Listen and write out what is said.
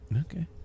Okay